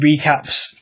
recaps